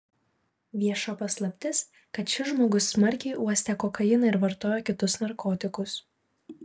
vieša paslaptis kad šis žmogus smarkiai uostė kokainą ir vartojo kitus narkotikus